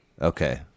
Okay